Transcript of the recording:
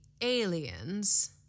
aliens